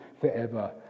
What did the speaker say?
forever